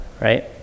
right